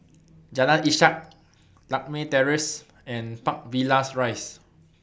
Jalan Ishak Lakme Terrace and Park Villas Rise